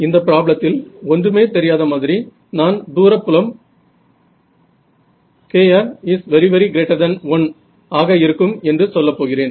இந்தப் ப்ராப்ளத்தில் ஒன்றுமே தெரியாத மாதிரி நான் தூரப் புலம் kr 1 ஆக இருக்கும் என்று சொல்லப் போகிறேன்